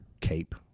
Cape